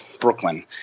Brooklyn